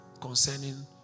concerning